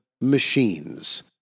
machines